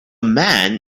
man